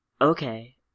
Okay